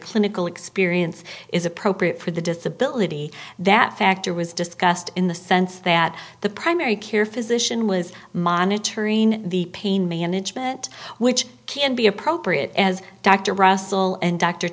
clinical experience is appropriate for the disability that factor was discussed in the sense that the primary care physician was monitoring the pain management which can be appropriate as dr russell and dr